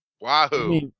Wahoo